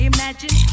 Imagine